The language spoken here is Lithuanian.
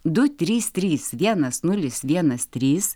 du trys trys vienas nulis vienas trys